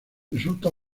resulta